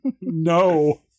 No